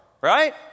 Right